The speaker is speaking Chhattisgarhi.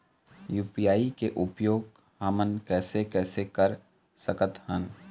यू.पी.आई के उपयोग हमन कैसे कैसे कर सकत हन?